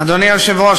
אדוני היושב-ראש,